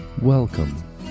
Welcome